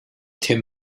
ten